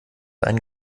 einen